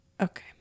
Okay